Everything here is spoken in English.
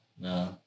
No